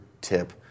tip